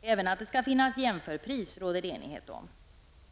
Det råder även enighet om att det skall finnas jämförpriser.